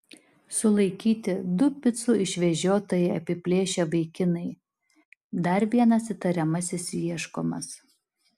sulaikyti du picų išvežiotoją apiplėšę vaikinai dar vienas įtariamasis ieškomas